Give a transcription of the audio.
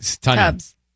Tubs